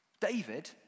David